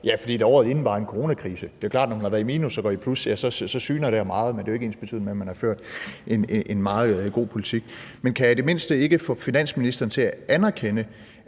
var, fordi der året inden var en coronakrise. Det er klart, at når man har været i minus og går i plus, syner det af meget, men det er jo ikke ensbetydende med, at man har ført en meget god politik. Men kan jeg i det mindste ikke få finansministeren til at anerkende,